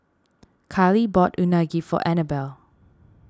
Kylee bought Unagi for Anabel